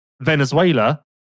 Venezuela